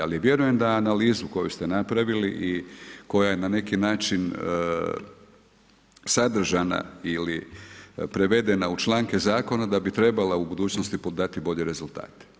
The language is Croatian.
Ali vjerujem da analizu koju ste napravili i koja je na neki način sadržana ili prevedena u članke zakona da bi trebala u budućnosti dati bolje rezultate.